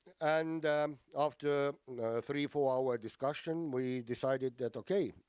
and after three, four hour discussion, we decided that, okay,